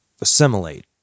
assimilate